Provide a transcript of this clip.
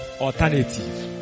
alternative